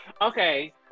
Okay